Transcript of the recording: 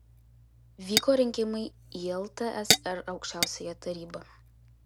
vyko rinkimai į ltsr aukščiausiąją tarybą